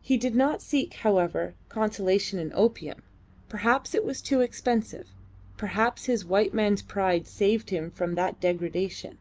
he did not seek, however, consolation in opium perhaps it was too expensive perhaps his white man's pride saved him from that degradation